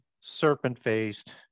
serpent-faced